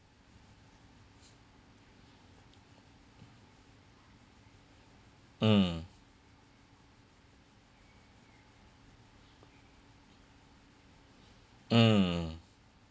mm mm